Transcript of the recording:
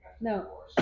No